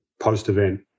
post-event